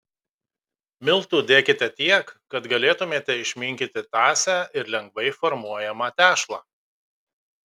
miltų dėkite tiek kad galėtumėte išminkyti tąsią ir lengvai formuojamą tešlą